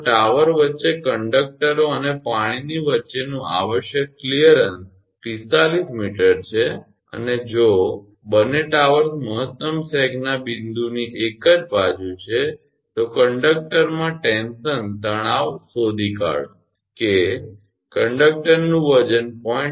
જો ટાવર વચ્ચે કંડકટરો અને પાણીની વચ્ચેનું આવશ્યક કલીયરન્સ 45 𝑚 છે અને જો બંને ટાવર્સ મહત્તમ સેગના બિંદુની એક જ બાજુ છે તો કંડક્ટરમાં તણાવટેન્શન શોધી કાઢો કે કંડક્ટરનું વજન 0